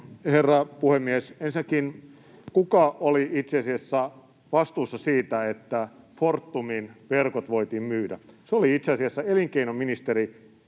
herra puhemies! Ensinnäkin, kuka oli itse asiassa vastuussa siitä, että Fortumin verkot voitiin myydä? Se oli itse asiassa kokoomuslainen